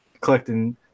collecting